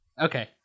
Okay